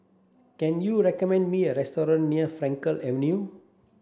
can you recommend me a restaurant near Frankel Avenue